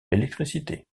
l’électricité